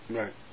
right